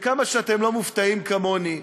וכמה שאתם לא מופתעים, כמוני,